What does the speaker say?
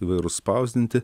įvairūs spausdinti